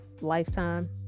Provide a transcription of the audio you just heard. lifetime